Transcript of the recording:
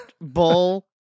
bull